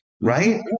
right